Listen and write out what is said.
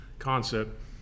concept